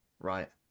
right